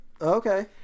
Okay